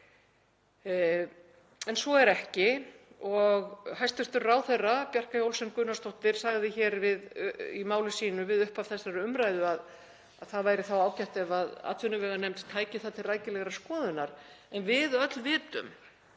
En svo er ekki. Hæstv. ráðherra, Bjarkey Olsen Gunnarsdóttir, sagði hér í máli sínu við upphaf þessarar umræðu að það væri þá ágætt ef atvinnuveganefnd tæki það til rækilegrar skoðunar. En við vitum